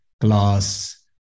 glass